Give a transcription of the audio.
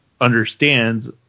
understands